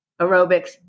aerobics